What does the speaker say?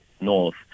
north